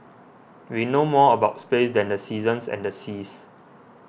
we know more about space than the seasons and the seas